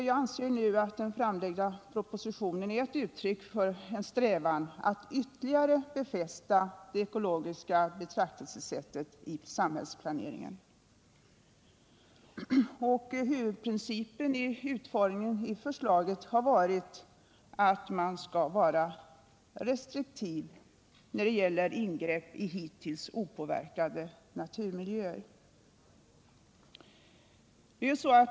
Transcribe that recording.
Jag anser att den nu framlagda propositionen är uttryck för en strävan att ytterligare befästa det ekologiska betraktelsesättet vid samhällsplaneringen. Huvudprincipen vid utformningen av förslaget har varit att man skall vara restriktiv när det gäller ingrepp i hittills opåverkade naturmiljöer.